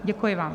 Děkuji vám.